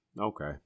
Okay